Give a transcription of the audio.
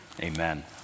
amen